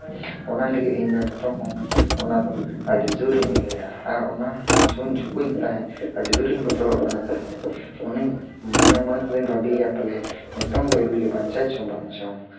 ᱚᱱᱟ ᱞᱟᱹᱜᱤᱫ ᱤᱧᱫᱚ ᱱᱤᱛᱚᱝ ᱦᱚᱸ ᱚᱱᱟᱫᱚ ᱟᱹᱰᱤ ᱡᱚᱨ ᱤᱧ ᱩᱭᱦᱟᱹᱨᱟ ᱟᱨ ᱚᱱᱟ ᱡᱷᱩᱢ ᱡᱷᱩᱠᱩᱡ ᱛᱟᱦᱮᱸᱫ ᱟᱹᱰᱤ ᱡᱳᱨᱤᱧ ᱵᱚᱛᱚᱨᱚᱜ ᱠᱟᱱᱟ ᱛᱟᱦᱮᱸᱫ ᱩᱱᱤᱧ ᱢᱚᱱᱮ ᱢᱚᱱᱮ ᱛᱮᱫᱚᱧ ᱵᱷᱟᱹᱵᱤᱭᱮᱫᱼᱟ ᱯᱟᱞᱮᱫ ᱱᱤᱛᱚᱝ ᱫᱚᱞᱮ ᱵᱟᱧᱪᱟᱜ ᱪᱚᱝ ᱵᱟᱝ ᱪᱚᱝ